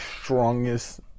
strongest